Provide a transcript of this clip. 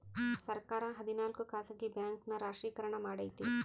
ಸರ್ಕಾರ ಹದಿನಾಲ್ಕು ಖಾಸಗಿ ಬ್ಯಾಂಕ್ ನ ರಾಷ್ಟ್ರೀಕರಣ ಮಾಡೈತಿ